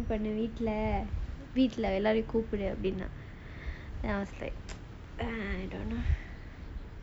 no I think you எங்க வீட்ல வீட்ல எல்லோருக்கும் தெரியும்:enga veetla veetla ellorukum theriyum then I was like I don't know